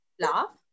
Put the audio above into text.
laugh